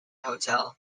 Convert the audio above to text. hotel